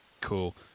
Cool